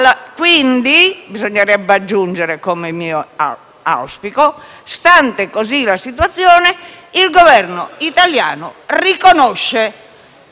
quindi, bisognerebbe aggiungere, come io auspico, che stante così la situazione, il Governo italiano riconosce